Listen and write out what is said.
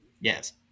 Yes